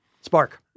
spark